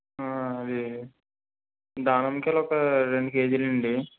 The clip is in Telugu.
అదే దానిమ్మకాయలోక రెండు కేజీలియ్యండి